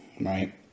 right